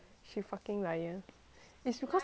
it's because 他白